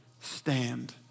Stand